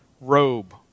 robe